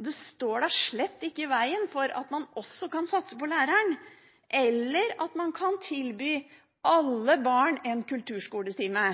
Det står da slett ikke i veien for at man også kan satse på læreren, eller for at man kan tilby alle barn en kulturskoletime.